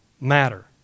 matter